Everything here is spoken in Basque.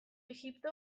egipto